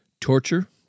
Torture